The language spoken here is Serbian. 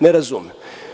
Ne razumem.